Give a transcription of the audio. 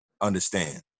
understand